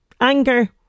anger